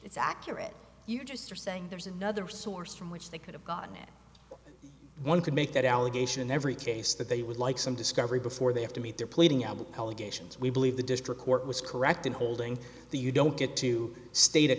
it's accurate you just are saying there's another source from which they could have gotten it one could make that allegation and every case that they would like some discovery before they have to meet their pleading out the allegations we believe the district court was correct in holding the you don't get to sta